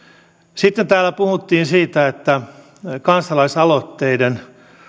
sitten täällä puhuttiin kansalaisaloitteiden